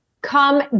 come